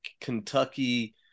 Kentucky